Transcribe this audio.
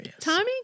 Tommy